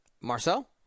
Marcel